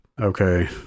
Okay